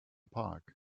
park